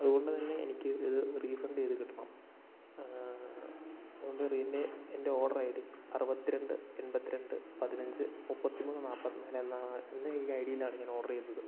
അതുകൊണ്ട് തന്നെ എനിക്ക് ഇത് റീഫണ്ട് ചെയ്ത് കിട്ടണം അതുകൊണ്ട് ഇതിന്റെ എൻ്റെ ഓഡ്റ് ഐ ഡി അറുപത്തിരണ്ട് എൺപത്തിരണ്ട് പതിനഞ്ച് മുപ്പത്തിമൂന്ന് നാല്പത്തിനാല് എന്ന ആ എന്ന ഈ ഐ ഡിയിലാണ് ഞാൻ ഓഡ്റ് ചെയ്തത്